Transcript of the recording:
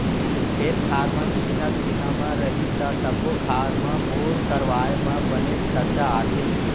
खेत खार मन दुरिहा दुरिहा म रही त सब्बो खार म बोर करवाए म बनेच खरचा आथे